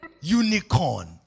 unicorn